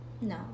No